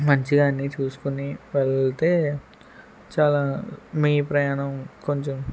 మంచిగా అన్ని చూసుకొని వెళ్తే చాలా మీ ప్రయాణం కొంచెం